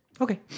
Okay